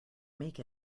make